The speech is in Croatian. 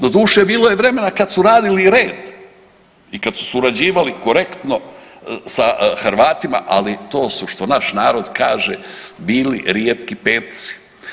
Doduše bilo je vremena kada su radili red i kad su surađivali korektno sa Hrvatima, ali to su što naš narod kaže „bili rijetki petci“